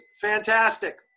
Fantastic